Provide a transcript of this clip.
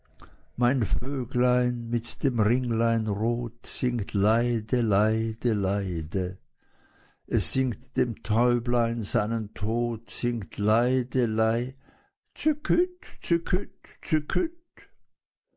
mein vöglein mit dem ringlein rot singt leide leide leide es singt dem täubelein seinen tod singt leide